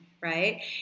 Right